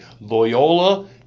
Loyola